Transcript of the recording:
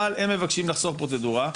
אבל הם מבקשים לחסוך פרוצדורה,